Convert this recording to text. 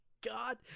god